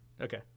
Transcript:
Okay